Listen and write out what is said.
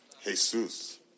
Jesus